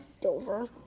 Dover